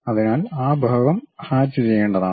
അതിനാൽ ഈ ഭാഗം ഹാച്ച് ചെയ്യേണ്ടതാണ്